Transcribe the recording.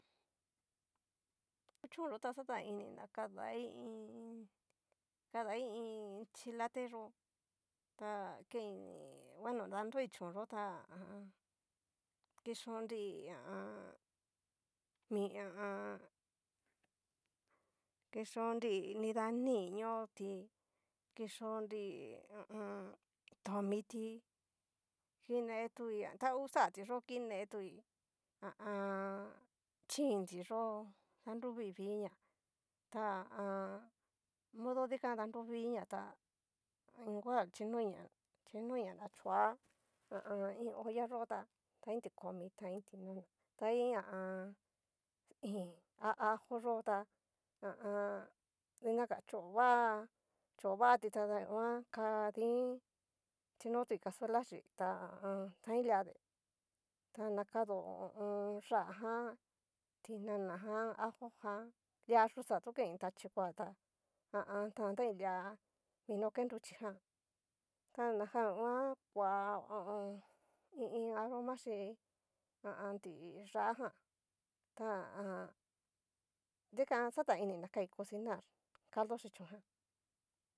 Ta ku chón yo ta xatan i ni na kada iin. kadai iin. chilate yó, ta kein bueno danroi chón yo'o tá ha a an. kixó nrii ha a an. mi ha a an. kixo nri nida nii ñoti kiyó nri ha a an tomiti, kinetu ta ngu xatiyó kinetui ha a an. chínti yó danruvi viña ta ha a an. modo dikan danruviña tá igual chinoiña kinoiña na choa, ha a an. iin olla yo tá tain ti komi, tain tinana tain ha a an. iin a ajo yó tá ha a an. dinaga cho va chovati tada nguan kadín, chinotui casuela chí ta ha a an tain lia deen ta nakadon ho o on. yajan, tinana jan ajo jan lia yuxá tú kein ta chikoa ta ha a an tantai lia, mino ke nruchi ján ta najan nguan koa i iin aroma xhí ha a an tiyá jan ha a an dikan xataini na kai cosinar caldo xi chón jan.